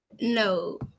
No